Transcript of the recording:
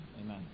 Amen